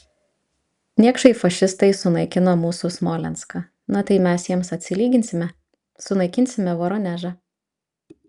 niekšai fašistai sunaikino mūsų smolenską na tai mes jiems atsilyginsime sunaikinsime voronežą